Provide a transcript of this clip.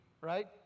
right